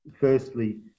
firstly